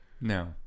No